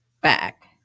back